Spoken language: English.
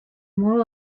more